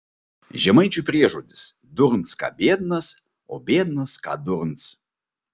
žemaičių priežodis durns ką biednas o biednas ką durns